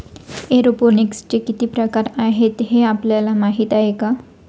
एरोपोनिक्सचे किती प्रकार आहेत, हे आपल्याला माहित आहे का?